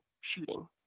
shooting